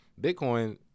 Bitcoin